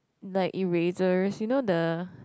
like erasers you know the